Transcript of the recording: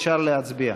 אפשר להצביע.